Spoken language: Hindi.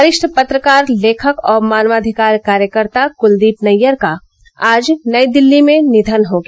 वरिष्ठ पत्रकार लेखक और मानवाधिकार कार्यकर्ता कुलदीप नैय्यरका आज नई दिल्ली में निधन हो गया